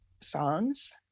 songs